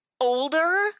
Older